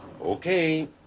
Okay